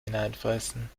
hineinfressen